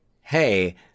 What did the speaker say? hey